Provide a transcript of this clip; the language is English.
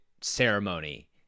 ceremony